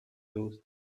those